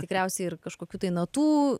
tikriausiai ir kažkokių tai natų